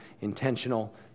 intentional